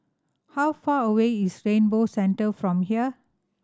how far away is Rainbow Centre from here